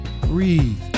breathe